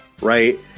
Right